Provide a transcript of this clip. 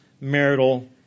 marital